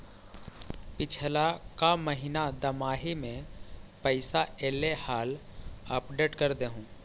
पिछला का महिना दमाहि में पैसा ऐले हाल अपडेट कर देहुन?